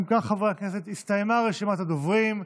אם כך, חברי הכנסת, הסתיימה רשימת הדוברים.